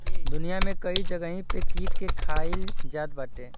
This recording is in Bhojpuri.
दुनिया में कई जगही पे कीट के खाईल जात बाटे